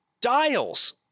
Dials